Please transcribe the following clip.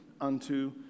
unto